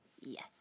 Yes